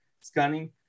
scanning